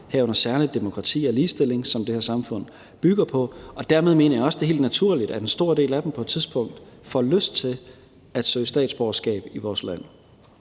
herunder særlig demokrati og ligestilling, som det her samfund bygger på. Og dermed mener jeg også, det er helt naturligt, at en stor del af dem på et tidspunkt får lyst til at søge statsborgerskab i vores land.